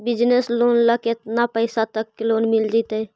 Business loan ल केतना पैसा तक के लोन मिल जितै?